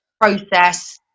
process